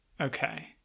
Okay